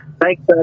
Thanks